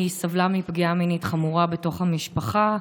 היא סבלה מפגיעה מינית חמורה בתוך המשפחה,